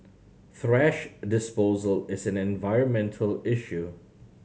thrash disposal is an environmental issue